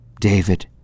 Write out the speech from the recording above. David